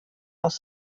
aus